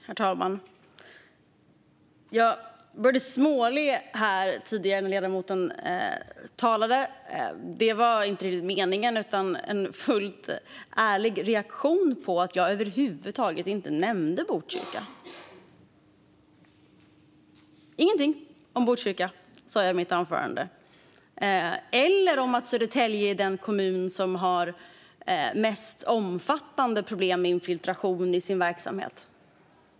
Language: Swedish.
Herr talman! Jag började småle tidigare när ledamoten talade. Det var inte riktigt meningen utan en fullt ärlig reaktion eftersom jag över huvud taget inte nämnde Botkyrka. Jag sa ingenting om Botkyrka i mitt anförande. Inte heller sa jag någonting om att Södertälje är den kommun som har mest omfattande problem med infiltration i sin verksamhet.